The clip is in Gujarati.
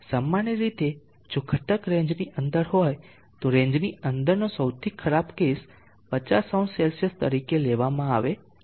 સામાન્ય રીતે જો ઘટક રેંજ ની અંદર હોય તો રેંજ ની અંદરનો સૌથી ખરાબ કેસ 500 તરીકે લેવામાં આવે છે